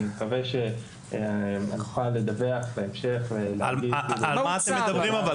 אני מקווה שנוכל לדווח בהמשך ולהגיד- -- על מה אתם מדברים אבל?